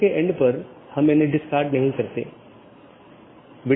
अन्यथा पैकेट अग्रेषण सही नहीं होगा